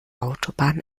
autobahn